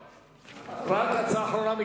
רק ההצעה האחרונה,